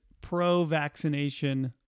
pro-vaccination